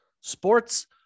Sports